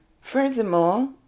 Furthermore